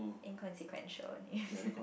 inconsequential